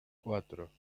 cuatro